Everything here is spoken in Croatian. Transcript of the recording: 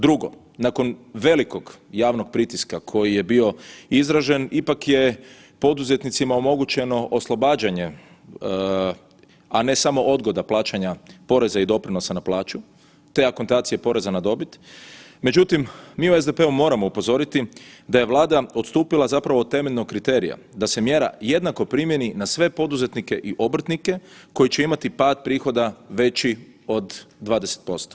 Drugo nakon velikog javnog pritiska koji je bio izražen ipak je poduzetnicima omogućeno oslobađanje, a ne samo odgoda plaćanja poreza i doprinosa na plaću, te akontacija poreza na dobit, međutim mi u SDP-u moramo upozoriti da je Vlada odstupila zapravo od temeljnog kriterija da se mjera jednako primjeni na sve poduzetnike i obrtnike koji će imati pad prihoda veći od 20%